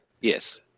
Yes